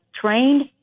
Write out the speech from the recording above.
trained